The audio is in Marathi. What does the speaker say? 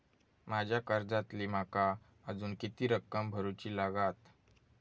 माझ्या कर्जातली माका अजून किती रक्कम भरुची लागात?